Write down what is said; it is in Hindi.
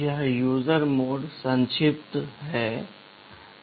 यह यूजर मोड संक्षिप्त है usr